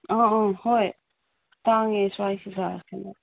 ꯑꯥ ꯑꯥ ꯍꯣꯏ ꯇꯥꯡꯉꯦ ꯁ꯭ꯋꯥꯏꯁꯤꯗ ꯎꯝ